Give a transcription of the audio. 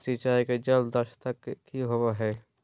सिंचाई के जल दक्षता कि होवय हैय?